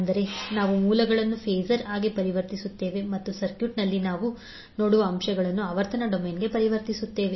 ಅಂದರೆ ನಾವು ಮೂಲಗಳನ್ನು ಫಾಸರ್ ಆಗಿ ಪರಿವರ್ತಿಸುತ್ತೇವೆ ಮತ್ತು ಸರ್ಕ್ಯೂಟ್ನಲ್ಲಿ ನಾವು ನೋಡುವ ಅಂಶಗಳನ್ನು ಆವರ್ತನ ಡೊಮೇನ್ಗೆ ಪರಿವರ್ತಿಸುತ್ತೇವೆ